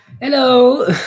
Hello